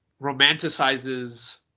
romanticizes